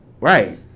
Right